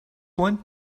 one